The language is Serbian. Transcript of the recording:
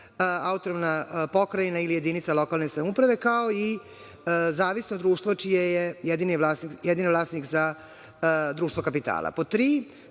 autonomna pokrajina ili jedinica lokalne samouprave, kao i zavisno društvo čiji je jedini vlasnik društvo kapitala,